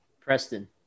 preston